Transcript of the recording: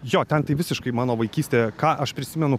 jo ten tai visiškai mano vaikystė ką aš prisimenu